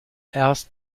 erst